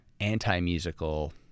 anti-musical